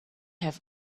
have